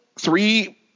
three